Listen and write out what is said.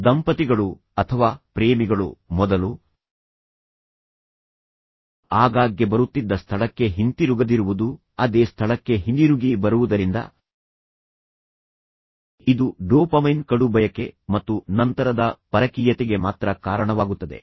ದಂಪತಿಗಳು ಅಥವಾ ಪ್ರೇಮಿಗಳು ಮೊದಲು ಆಗಾಗ್ಗೆ ಬರುತ್ತಿದ್ದ ಸ್ಥಳಕ್ಕೆ ಹಿಂತಿರುಗದಿರುವುದು ಅದೇ ಸ್ಥಳಕ್ಕೆ ಹಿಂದಿರುಗಿ ಬರುವುದರಿಂದ ಇದು ಡೋಪಮೈನ್ ಕಡುಬಯಕೆ ಮತ್ತು ನಂತರದ ಪರಕೀಯತೆಗೆ ಮಾತ್ರ ಕಾರಣವಾಗುತ್ತದೆ